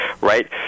right